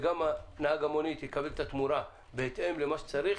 וגם נהג המונית יקבל את התמורה בהתאם למה צריך.